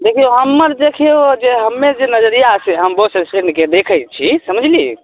देखियौ हमर देखियौ जे हमे जे नजरिया छै हम बस स्टैण्डके जे देखै छी समझली